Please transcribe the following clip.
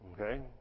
Okay